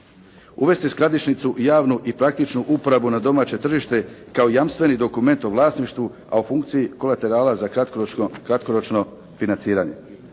Uvesti skladišnicu i javnu i praktičnu uporabu na domaće tržište kao jamstveni dokument o vlasništvu, a o funkciju kolaterala za kratkoročno financiranje.